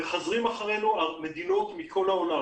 מחזרים אחרינו ממדינות מכל העולם.